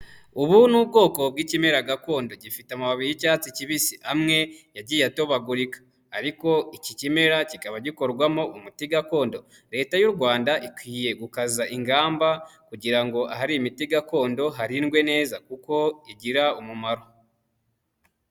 Ubu ni ubwoko bw'ikimera gakondo gifite amababi y'icyatsi kibisi, amwe yagiye atobagurika ariko iki kimera kikaba gikorwamo umuti gakondo. Leta y'u Rwanda ikwiye gukaza ingamba kugira ahari imiti gakondo harindwe neza kuko igira umumaro.